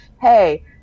Hey